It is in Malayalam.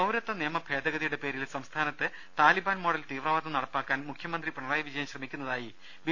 പൌരത്വ നിയമ ഭേദഗതിയുടെ പേരിൽ സംസ്ഥാനത്ത് താലിബാൻ മോഡൽ തീവ്രവാദം നടപ്പിലാക്കാൻ മുഖ്യമന്ത്രി പിണറായി വിജയൻ ശ്രമിക്കു ന്നതായി ബി